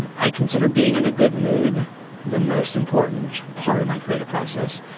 and i consider being in a good mood the most important part of my creative process.